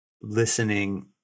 listening